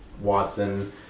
Watson